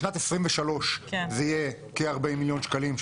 בשנת 23' זה יהיה כ-40 מיליון שקלים,